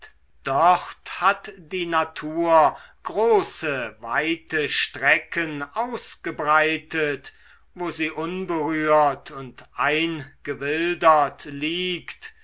dort hat die natur große weite strecken ausgebreitet wo sie unberührt und eingewildert liegt